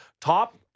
top